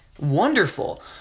wonderful